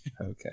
Okay